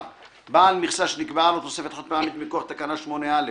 " (ו)בעל מכסה שנקבעה לו תוספת חד-פעמית מכוח תקנה 8(א)